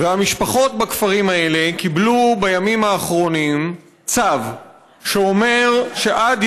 והמשפחות בכפרים האלה קיבלו בימים האחרונים צו שאומר שעד